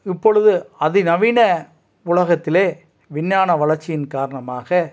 இப்பொழுது அதிநவீன உலகத்திலே விஞ்ஞான வளர்ச்சியின் காரணமாக